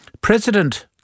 President